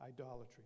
idolatry